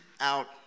out